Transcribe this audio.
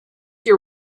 your